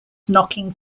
knocking